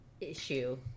issue